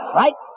right